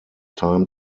time